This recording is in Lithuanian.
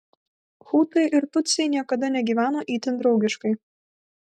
hutai ir tutsiai niekada negyveno itin draugiškai